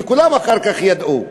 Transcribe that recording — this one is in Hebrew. וכולם אחר כך ידעו.